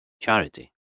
charity